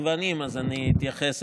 צריכים לפעמים שאדבר עם בן המשפחה,